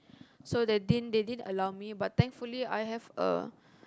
so they didn't they didn't allow me but thankfully I have a